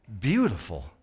beautiful